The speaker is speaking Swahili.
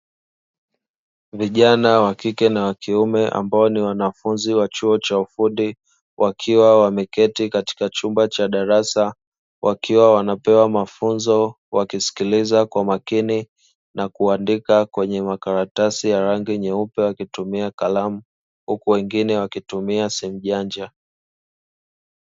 Vijana wakike na wakiume ambao ni wanafunzi wa chuo cha ufundi wakiwa wameketi katika chumba cha darasa, wakiwa wanapewa mafunzo wakisikiliza kwa makini na kuandika kwenye makaratasi ya rangi nyeupe, wakitumia kalamu huku wengine wakitumia simu janja.